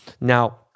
Now